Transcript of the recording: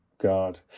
God